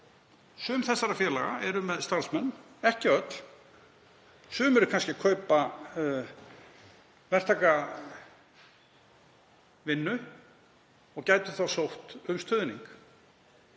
Sum þessara félaga hafa starfsmenn, ekki öll. Sum eru kannski að kaupa verktakavinnu og gætu þá sótt um stuðning